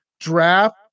Draft